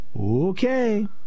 okay